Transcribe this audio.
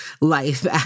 life